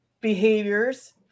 behaviors